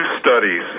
studies